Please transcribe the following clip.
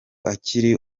akiri